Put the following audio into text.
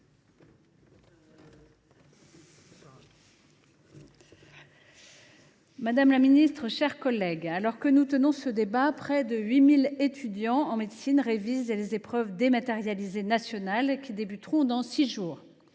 madame la ministre, mes chers collègues, alors que nous débattons, près de 8 000 étudiants en médecine révisent les épreuves dématérialisées nationales (EDN) qui commenceront dans six jours.